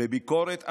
בביקורת אמיצה.